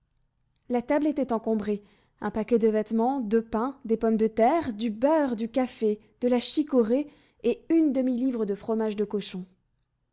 la table était encombrée un paquet de vêtements deux pains des pommes de terre du beurre du café de la chicorée et une demi-livre de fromage de cochon